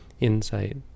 Insight